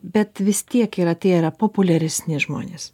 bet vis tiek yra tie yra populiaresni žmonės